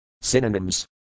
Synonyms